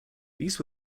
these